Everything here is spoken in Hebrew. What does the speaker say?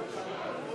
משרד התיירות,